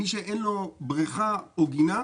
מי שאין לו בריכה או גינה,